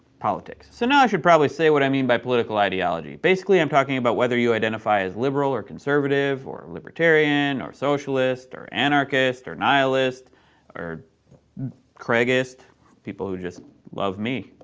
politics. so, now i should probably say what i mean by political ideology. basically, i'm talking about whether you identify as liberal or conservative or libertarian or socialist or anarchist or nihilist or craigist people who just love me.